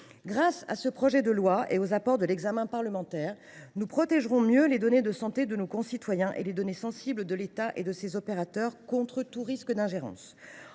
Grâce à ce projet de loi, enrichi par l’examen parlementaire, nous protégerons mieux les données de santé de nos concitoyens, ainsi que les données sensibles de l’État et de ses opérateurs, contre tout risque d’ingérence.